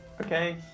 Okay